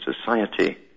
society